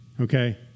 okay